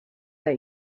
that